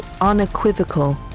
unequivocal